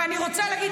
ואני רוצה להגיד,